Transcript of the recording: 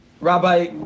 Rabbi